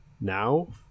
now